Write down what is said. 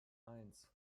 eins